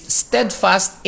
steadfast